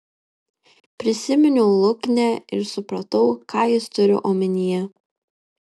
prisiminiau luknę ir supratau ką jis turi omenyje